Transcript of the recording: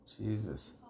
Jesus